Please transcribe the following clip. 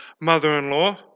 mother-in-law